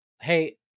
hey